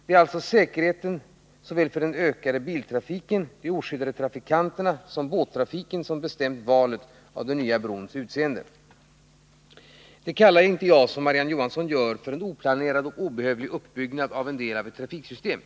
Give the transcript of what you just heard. Det är alltså säkerheten för den ökade biltrafiken, för de oskyddade trafikanterna och för båttrafiken som bestämt valet av den nya brons utseende. Detta kallar inte jag, som Marie-Ann Johansson gör, för en oplanerad och obehövlig uppbyggnad av en del av ett trafiksystem.